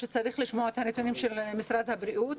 שצריך לשמוע את הנתונים של משרד הבריאות.